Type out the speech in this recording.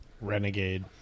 Renegade